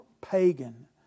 pagan